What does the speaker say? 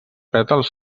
pètals